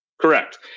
Correct